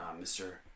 Mr